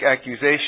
accusation